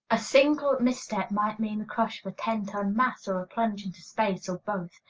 a single misstep might mean the crush of a ten-ton mass, or a plunge into space, or both.